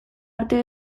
artea